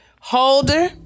holder